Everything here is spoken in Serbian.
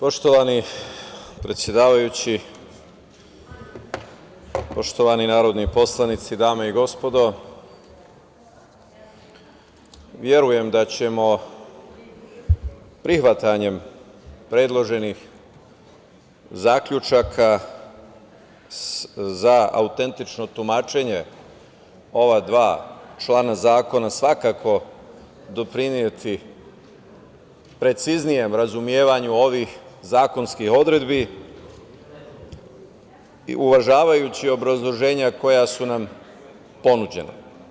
Poštovani predsedavajući, poštovani narodni poslanici, dame i gospodo, verujem da ćemo prihvatanjem predloženih zaključaka za autentično tumačenje ova dva člana zakona svakako doprineti preciznijem razumevanju ovih zakonskih odredbi, uvažavajući obrazloženja koja su nam ponuđena.